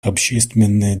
общественные